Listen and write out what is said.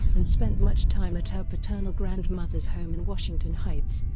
and spent much time at her paternal grandmother's home in washington heights,